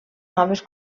noves